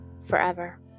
forever